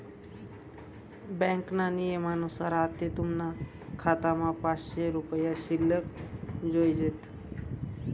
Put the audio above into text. ब्यांकना नियमनुसार आते तुमना खातामा पाचशे रुपया शिल्लक जोयजेत